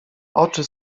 oczy